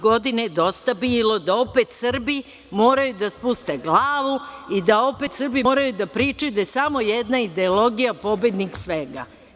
Godine 2020. dosta je bilo da Srbi opet moraju da spuste glavu i da opet Srbi moraju da pričaju da je samo jedna ideologija pobednik svega.